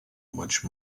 much